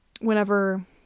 whenever